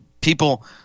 People